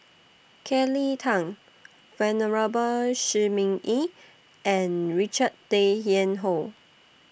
Kelly Tang Venerable Shi Ming Yi and Richard Tay Tian Hoe